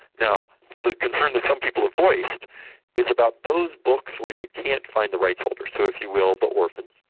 now the concerns that some people have voiced is about those books where you can't find the rights holder, so, if you will, the but orphans.